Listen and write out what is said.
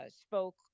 spoke